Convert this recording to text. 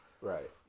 Right